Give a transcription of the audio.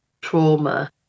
trauma